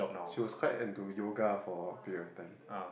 she was quite into yoga for a period of time